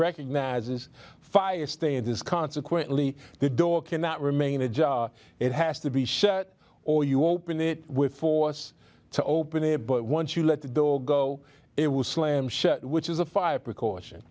recognizes fire stay in this consequently the door cannot remain a job it has to be shut or you open it with force to open it but once you let the door go it will slam shut which is a fire precaution